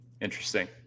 Interesting